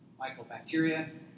mycobacteria